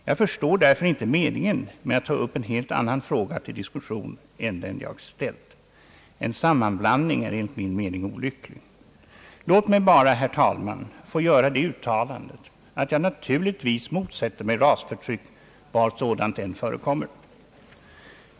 Jag förstår därför inte meningen med att ta upp en helt annan fråga till diskussion än den jag ställt. En sammanblandning är enligt min mening olycklig. Låt mig bara, herr talman, göra det uttalandet att jag naturligtvis motsätter mig rasförtryck var sådant än förekommer.